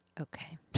Okay